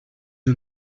you